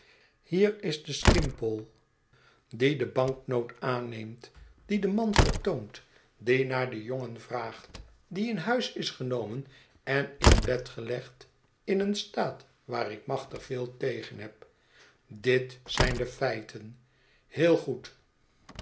hier is de skimpole die de banknoot aanneemt die de man vertoont die naar den jongen vraagt die in huis is genomen en in bed gelegd m een staat waar ik machtig veel tegen heb dit zijn de feiten heel goedl